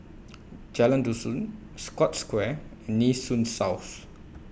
Jalan Dusun Scotts Square and Nee Soon South